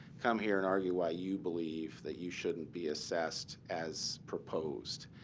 come here and argue why you believe that you shouldn't be assessed as proposed.